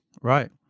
Right